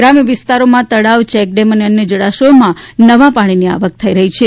ગ્રામ્ય વિસ્તારોમાં તળાવ ચેકડેમ અન્ય જળાશયોમાં નવા પાણીની આવક થઇ રહી છે